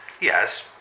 Yes